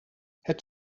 het